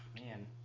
man